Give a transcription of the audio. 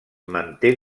manté